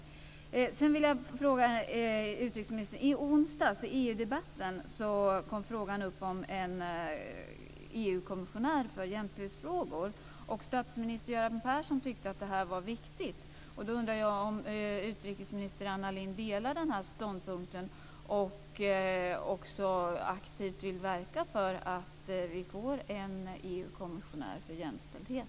I onsdags i EU-debatten kom frågan upp om en EU-kommissionär för jämställdhetsfrågor, och statsminister Göran Persson tyckte att det var viktigt. Jag undrar om utrikesminister Anna Lindh delar den ståndpunkten och också vill verka aktivt för att vi får en EU-kommissionär för jämställdhet.